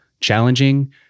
challenging